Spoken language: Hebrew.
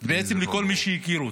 בעצם לכל מי שהכיר אותו.